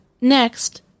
Next